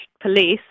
police